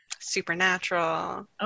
supernatural